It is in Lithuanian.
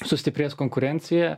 sustiprės konkurencija